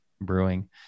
Brewing